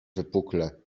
wypukle